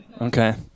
Okay